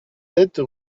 sept